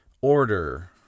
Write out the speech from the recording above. order